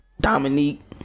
dominique